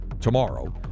tomorrow